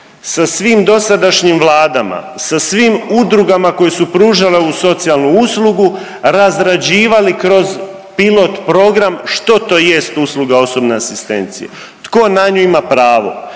sa svim dosadašnjim vladama, sa svim udrugama koje su pružale ovu socijalnu uslugu razrađivali kroz pilot program što to jest usluga osobne asistencije, tko na nju ima pravo.